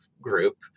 group